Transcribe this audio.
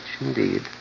indeed